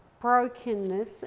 brokenness